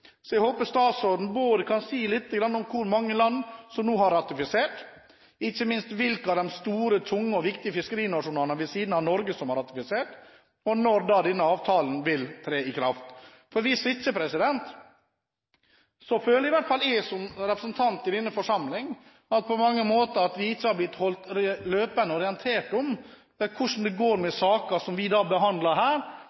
Så jeg håper statsråden kan si litt om hvor mange land som har ratifisert – ikke minst hvilke av de store, tunge og viktige fiskerinasjonene, ved siden av Norge, som har ratifisert – og når denne avtalen vil tre i kraft. Hvis ikke føler i hvert fall jeg, som representant i denne forsamling, at vi ikke er blitt holdt løpende orientert om hvordan det går med